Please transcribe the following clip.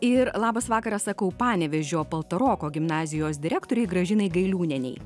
ir labas vakaras sakau panevėžio paltaroko gimnazijos direktorei gražinai gailiūnienei